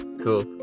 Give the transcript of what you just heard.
cool